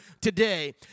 today